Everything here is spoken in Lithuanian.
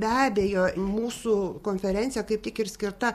be abejo mūsų konferencija kaip tik ir skirta